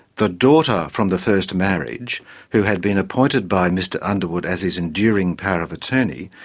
the daughter from the first marriage who had been appointed by mr underwood as his enduring power of attorney,